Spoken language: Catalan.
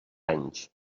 anys